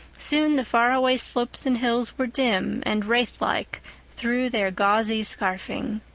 soon the far-away slopes and hills were dim and wraith-like through their gauzy scarfing,